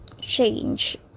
change